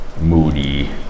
moody